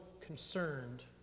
concerned